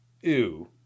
Ew